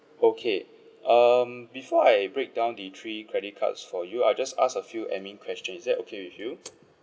okay um before I break down the three credit cards for you I'll just ask a few admin question is that okay with you